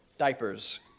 diapers